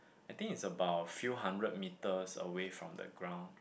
I think is about few hundred meters away from the ground